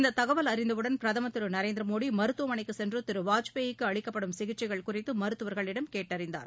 இத்தகவல் அறிந்தவுடன் பிரதமா் திரு நரேந்திர மோடி மருத்துவமனைக்கு சென்று திரு வாஜ்பேயிக்கு அளிக்கப்படும் சிகிச்சைகள் குறித்து மருத்துவர்களிடம் கேட்டறிந்தார்